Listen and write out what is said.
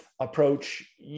approach